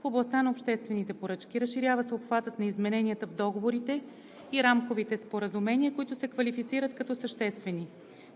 в областта на обществените поръчки. Разширява се обхватът на измененията в договорите и рамковите споразумения, които се квалифицират като съществени.